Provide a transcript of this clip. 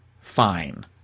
fine